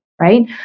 right